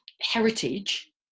heritage